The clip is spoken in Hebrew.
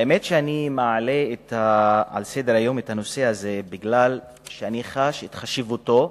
האמת שאני מעלה על סדר-היום את הנושא הזה מכיוון שאני חש את חשיבותו,